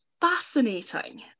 fascinating